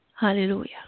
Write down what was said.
Hallelujah